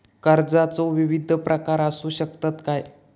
कर्जाचो विविध प्रकार असु शकतत काय?